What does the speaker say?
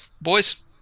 Boys